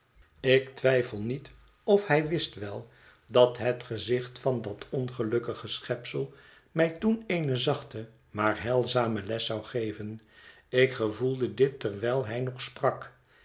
ik twijfel niet of hij wist wel dat het gezicht van dat ongelukkige schepsel mij toen eene zachte maar heilzame les zou geven ik gevoelde dit terwijl hij nog sprak